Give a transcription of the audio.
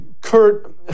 Kurt